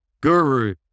Guru